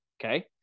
Okay